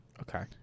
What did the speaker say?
Okay